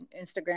Instagram